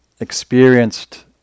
experienced